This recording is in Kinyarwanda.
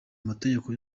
amategeko